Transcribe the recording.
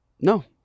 No